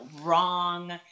wrong